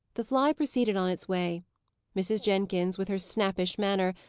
the fly proceeded on its way mrs. jenkins, with her snappish manner,